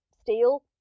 steel